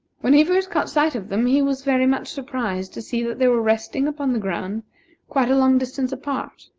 when he first caught sight of them, he was very much surprised to see that they were resting upon the ground quite a long distance apart,